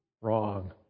wrong